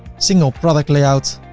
single product layout,